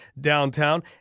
downtown